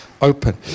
open